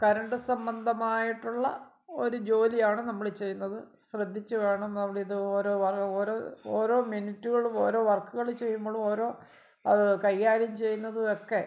current സംബന്ധമായിട്ടുള്ള ഒരു ജോലിയാണ് നമ്മൾ ചെയ്യുന്നത് ശ്രദ്ധിച്ച് വേണം നമ്മൾ ഇത്പോലെ ഓരോ ഓരോ ഓരോ മിനിറ്റുകളും ഓരോ വർക്കുകൾ ചെയ്യുമ്പോഴും ഓരോ അത് കൈകാര്യം ചെയ്യുന്നതും ഒക്കെ